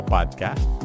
Podcast